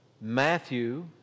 Matthew